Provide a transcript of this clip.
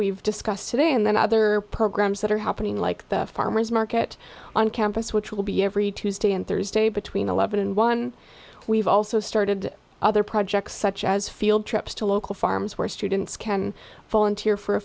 we've discussed today and then other programs that are happening like the farmer's market on campus which will be every tuesday and thursday between eleven and one we've also started other projects such as field trips to local farms where students can volunteer for a